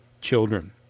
children